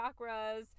chakras